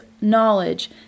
knowledge